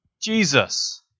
Jesus